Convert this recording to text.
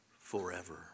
forever